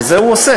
ואת זה הוא עושה.